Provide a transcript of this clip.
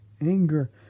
anger